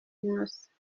innocent